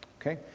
Okay